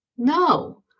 No